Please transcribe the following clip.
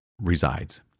resides